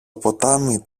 ποτάμι